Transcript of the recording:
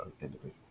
individual